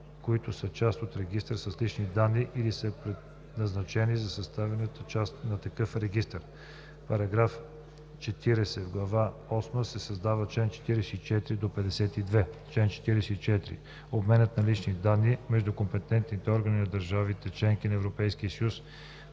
които са част от регистър с лични данни или са предназначени да съставляват част от такъв регистър.“ § 40. В глава осма се създават чл. 44 – 52: „Чл. 44. Обменът на лични данни между компетентните органи на държавите – членки на Европейския съюз,